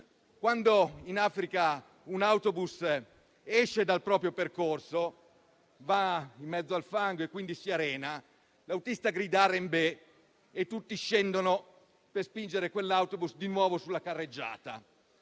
quando in Africa un autobus esce dal proprio percorso, va in mezzo al fango e quindi si arena, l'autista grida "Harambee" e tutti scendono per spingere quell'autobus di nuovo sulla carreggiata.